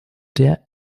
der